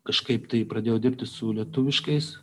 kažkaip tai pradėjau dirbti su lietuviškais